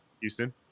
Houston